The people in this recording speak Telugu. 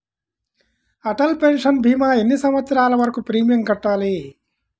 అటల్ పెన్షన్ భీమా ఎన్ని సంవత్సరాలు వరకు ప్రీమియం కట్టాలి?